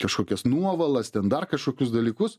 kažkokias nuovalas ten dar kažkokius dalykus